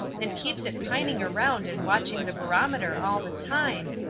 and keeps it pining around and watching the barometer all the time,